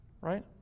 right